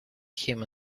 him